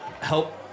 help